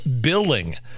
billing